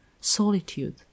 solitude